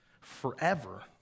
forever